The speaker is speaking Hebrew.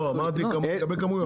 לא, אמרתי לגבי כמויות.